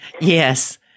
Yes